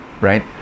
right